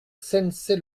sennecey